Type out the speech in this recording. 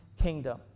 kingdom